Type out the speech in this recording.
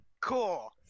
Cool